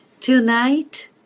Tonight